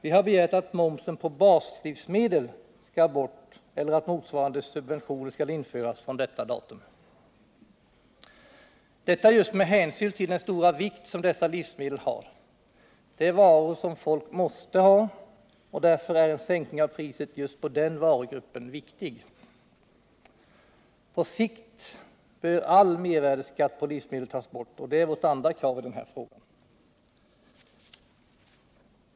Vi har begärt att momsen på baslivsmedel skall bort eller att motsvarande subventioner skall införas från detta datum — detta just med hänsyn till den stora vikt som dessa livsmedel har. Det är varor som folk måste ha, och därför är en sänkning av priserna i just den varugruppen viktig. På sikt bör all mervärdeskatt på livsmedel tas bort, och det är vårt andra krav i den här frågan.